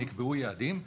יעדים.